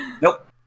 Nope